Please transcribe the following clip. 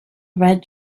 red